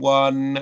one